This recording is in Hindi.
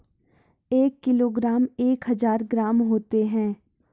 एक किलोग्राम में एक हजार ग्राम होते हैं